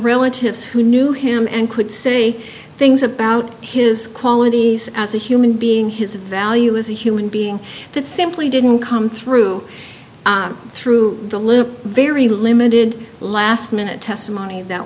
relatives who knew him and could say things about his qualities as a human being his value as a human being that simply didn't come through through the little very limited last minute testimony that